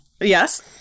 yes